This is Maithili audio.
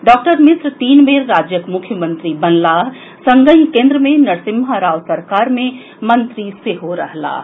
डॉक्टर मिश्र तीन बेर राज्यक मुख्यमंत्री बनलाह संगहि केन्द्र मे नरसिम्हा राव सरकार मे मंत्री सेहो रहलाह